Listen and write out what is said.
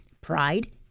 pride